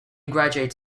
graduate